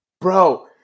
Bro